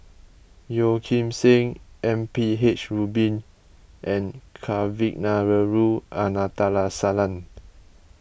Yeo Kim Seng M P H Rubin and Kavignareru